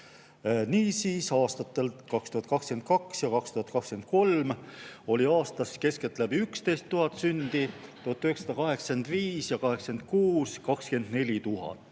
Niisiis, aastatel 2022 ja 2023 oli aastas keskeltläbi 11 000 sündi, 1985 ja 1986 aga 24 000.